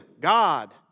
God